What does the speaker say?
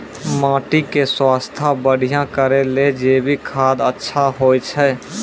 माटी के स्वास्थ्य बढ़िया करै ले जैविक खाद अच्छा होय छै?